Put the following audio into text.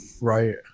Right